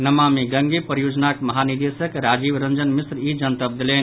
नमामि गंगे परियोजनाक महानिदेशक राजीव रंजन मिश्र ई जनतब देलनि